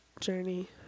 journey